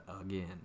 again